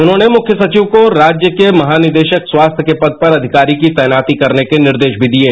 उन्होंने मुख्य सचिव को राज्य के महानिदेशक स्वास्थ्य के पद पर अधिकारी की तैनाती करने के निर्देश भी दिये